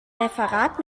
referat